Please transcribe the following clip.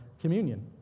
communion